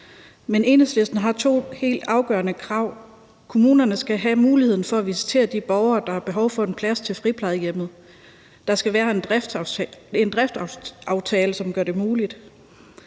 men Enhedslisten har to helt afgørende krav: Kommunerne skal have muligheden for at visitere de borgere, der har behov for en plads, til friplejehjemmene, og der skal være en driftsaftale, som gør det muligt.